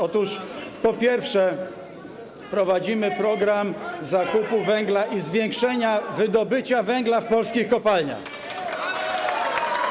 Otóż, po pierwsze, prowadzimy program zakupu węgla i zwiększenia wydobycia węgla w polskich kopalniach